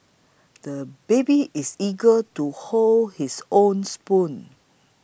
the baby is eager to hold his own spoon